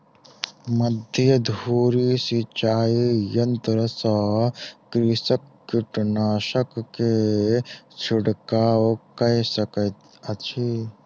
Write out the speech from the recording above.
मध्य धूरी सिचाई यंत्र सॅ कृषक कीटनाशक के छिड़काव कय सकैत अछि